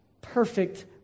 perfect